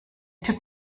typ